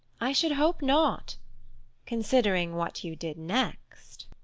i should hope not considering what you did next